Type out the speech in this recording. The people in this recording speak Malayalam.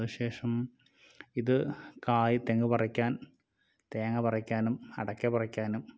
അതിന് ശേഷം ഇത് കായ് തെങ്ങ് പറിയ്ക്കാൻ തേങ്ങ പറിയ്ക്കാനും അടയ്ക്ക പറിയ്ക്കാനും